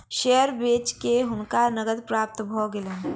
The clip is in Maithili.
शेयर बेच के हुनका नकद प्राप्त भ गेलैन